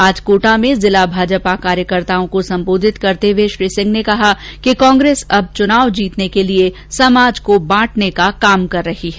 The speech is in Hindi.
आज कोटा में जिला भाजपा कार्यकर्ताओं को संबोधित करते हुए श्री सिंह ने कहा कि कांग्रेस अब चुनाव जीतने के लिए समाज को बांटने का काम कर रही है